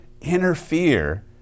interfere